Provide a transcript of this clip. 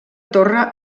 torre